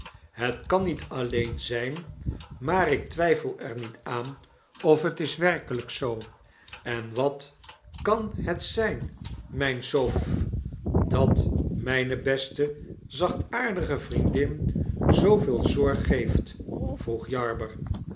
het kan niet alleen ztfn maar ik twfifel er niet aan of het is werkelp zoo en wat kan het zjjn dat mfln soph dat mgne beste zachtaardige vriendin zooveei zorg geeft vroeg